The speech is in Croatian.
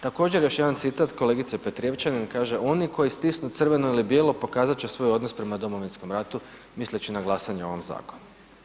Također jedan citat kolegice Petrijevčanin, kaže oni koji stisnu crveno ili bijelo pokazat će svoj odnos prema Domovinskom ratu, misleći na glasanje o ovom zakonu.